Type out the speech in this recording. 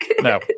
no